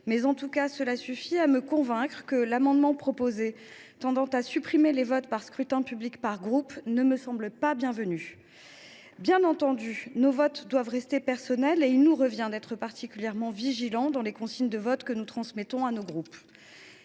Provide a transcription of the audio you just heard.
mais, en tout cas, cela suffit à me convaincre que l’amendement tendant à supprimer les votes par scrutin public par groupe n’est pas bienvenu. Bien entendu, nos votes doivent rester personnels et il nous revient d’être particulièrement vigilants dans les consignes de vote que nous transmettons à nos groupes.